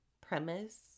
premise